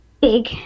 big